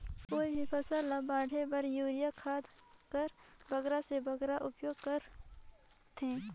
कोई भी फसल ल बाढ़े बर युरिया खाद कर बगरा से बगरा उपयोग कर थें?